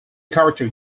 character